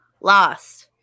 lost